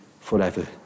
forever